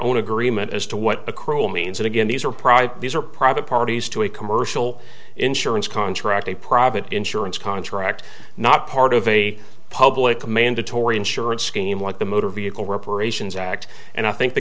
own agreement as to what a cruel means and again these are private these are private parties to a commercial insurance contract a private insurance contract not part of a public a mandatory insurance scheme like the motor vehicle reparations act and i think the